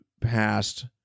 passed